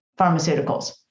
pharmaceuticals